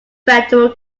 federal